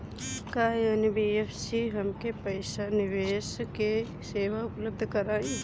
का एन.बी.एफ.सी हमके पईसा निवेश के सेवा उपलब्ध कराई?